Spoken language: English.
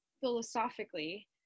philosophically